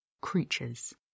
creatures